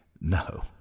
no